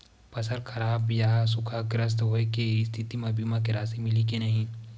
फसल खराब या सूखाग्रस्त होय के स्थिति म बीमा के राशि मिलही के नही?